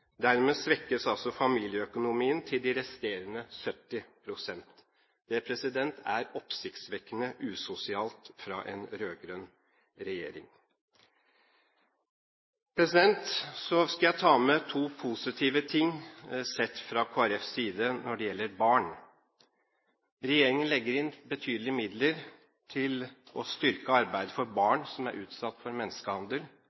Dermed svekkes altså familieøkonomien til de resterende 70 pst. Det er oppsiktsvekkende usosialt fra en rød-grønn regjering. Så skal jeg ta med to positive ting, sett fra Kristelig Folkepartis side, når det gjelder barn. Regjeringen legger inn betydelige midler til å styrke arbeid for